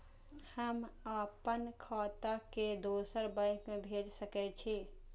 हम आपन खाता के दोसर बैंक में भेज सके छी?